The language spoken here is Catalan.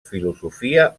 filosofia